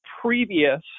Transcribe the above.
previous